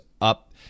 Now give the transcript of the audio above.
up